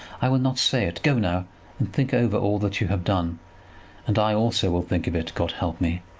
i will not say it. go now and think over all that you have done and i also will think of it. god help me.